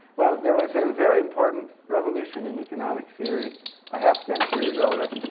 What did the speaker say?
well, there was a and very important revolution in economic theory a half century ago that